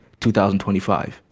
2025